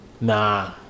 Nah